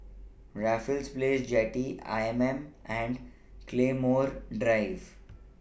Raffles Place Jetty I M M and Claymore Drive